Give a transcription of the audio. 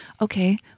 Okay